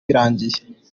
birangiye